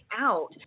out